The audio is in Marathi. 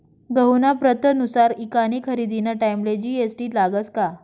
गहूना प्रतनुसार ईकानी खरेदीना टाईमले जी.एस.टी लागस का?